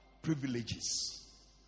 privileges